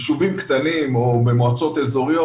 ישובים קטנים או במועצות אזוריות,